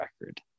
record